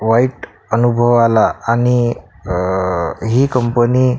वाईट अनुभव आला आणि ही कंपनी